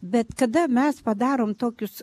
bet kada mes padarom tokius